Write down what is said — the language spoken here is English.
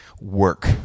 work